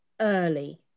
early